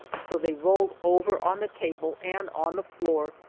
so they rolled over on the table and on the floor,